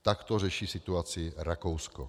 Takto řeší situaci Rakousko.